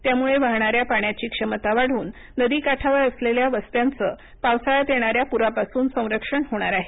त्यामुळे वाहणाऱ्या पाण्याची क्षमता वाढून नदी काठावर असलेल्या वस्त्यांचं पावसाळ्यात येणाऱ्या प्रापासून संरक्षण होणार आहे